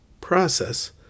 process